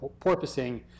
porpoising